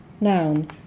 noun